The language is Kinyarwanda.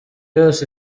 yose